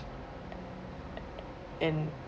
and